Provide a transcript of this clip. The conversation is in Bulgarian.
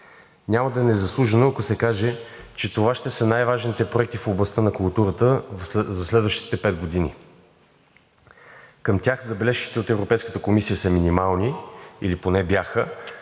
Няма да е незаслужено, ако се каже, че това ще е най-важният проект в областта на културата за следващите пет години. Към него забележките от Европейската комисия са минимални или поне бяха,